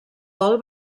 gol